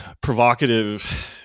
provocative